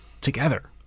together